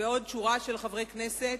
ועוד שורה של חברי כנסת.